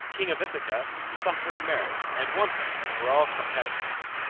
king of ithaca, sought her in marriage, and won her, over all competitors.